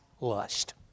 lust